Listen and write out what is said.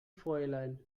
fräulein